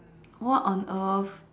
what on earth